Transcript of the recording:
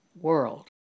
world